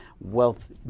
wealth